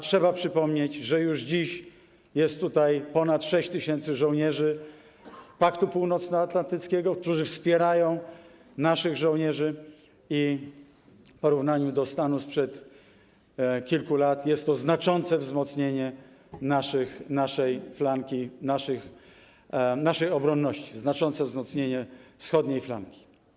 Trzeba przypomnieć, że już dziś jest tutaj ponad 6 tys. żołnierzy Paktu Północnoatlantyckiego, którzy wspierają naszych żołnierzy, i w porównaniu ze stanem sprzed kilku lat jest to znaczące wzmocnienie naszej obronności, znaczące wzmocnienie wschodniej flanki.